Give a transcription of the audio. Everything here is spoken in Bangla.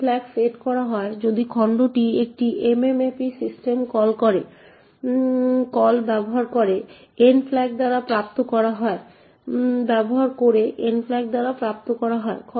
M ফ্ল্যাগ সেট করা হয় যদি খণ্ডটি একটি mmap সিস্টেম কল ব্যবহার করে N ফ্ল্যাগ দ্বারা প্রাপ্ত করা হয়